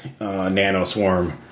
nanoswarm